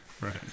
Right